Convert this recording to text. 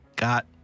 Got